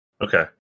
Okay